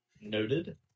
Noted